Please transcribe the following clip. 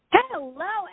Hello